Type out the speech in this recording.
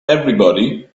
everybody